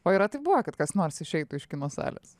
o yra taip buvę kad kas nors išeitų iš kino salės